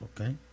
okay